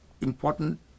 important